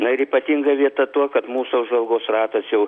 na ir ypatinga vieta tuo kad mūsų apžvalgos ratas jau